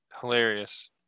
Hilarious